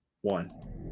One